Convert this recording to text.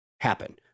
happen